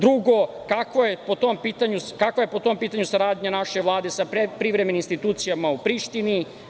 Drugo, kakva je po tom pitanju saradnja naše Vlade sa privremenim institucijama u Prištini?